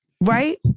right